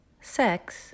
sex